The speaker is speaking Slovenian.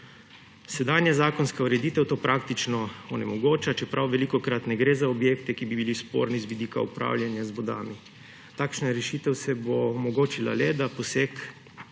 Sedanja zakonska ureditev to praktično onemogoča, čeprav velikokrat ne gre za objekte, ki bi bili sporni z vidika upravljanja z vodami. Takšna rešitev se bo omogočila le, da poseg